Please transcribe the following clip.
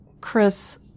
Chris